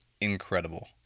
incredible